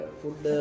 food